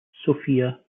sophia